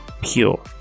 pure